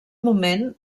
moment